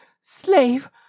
Slave